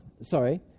sorry